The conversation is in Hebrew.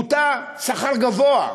מוטה שכר גבוה.